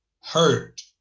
hurt